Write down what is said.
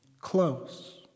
close